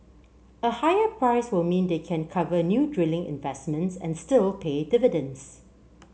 a higher price will mean they can cover new drilling investments and still pay dividends